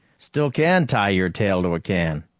still can tie your tail to a can.